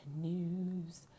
News